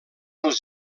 els